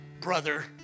brother